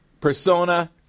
persona